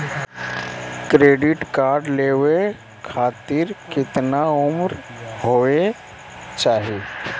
Credit card लेवे खातीर कतना उम्र होवे चाही?